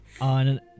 on